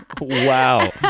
wow